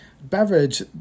beverage